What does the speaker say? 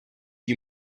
you